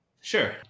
Sure